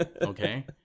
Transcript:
Okay